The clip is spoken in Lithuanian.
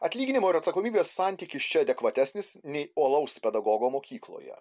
atlyginimo ir atsakomybės santykis čia adekvatesnis nei uolaus pedagogo mokykloje